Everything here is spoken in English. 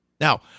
Now